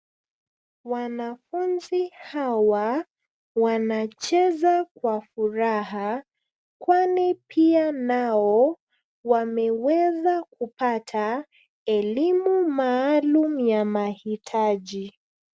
Wanafunzi hawa wanacheza kwa furaha kwani pia nao wameweza kupata elimu maalum ya mahitaji.